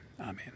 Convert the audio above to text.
Amen